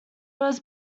was